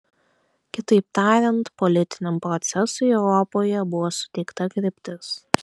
kitaip tariant politiniam procesui europoje buvo suteikta kryptis